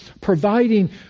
providing